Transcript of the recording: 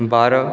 बारह